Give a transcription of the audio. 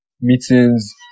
meetings